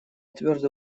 твердо